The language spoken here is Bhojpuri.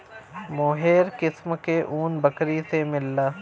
मोहेर किस्म क ऊन बकरी से मिलला